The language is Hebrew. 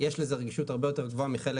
יש לזה רגישות הרבה יותר גבוהה מחלק